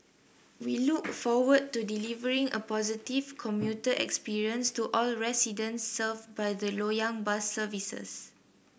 we look forward to delivering a positive commuter experience to all residents served by the Loyang bus services